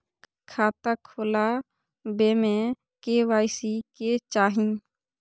खाता खोला बे में के.वाई.सी के चाहि?